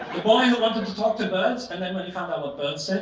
boy who wanted to talk to birds, and then when he found out what birds